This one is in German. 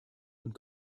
und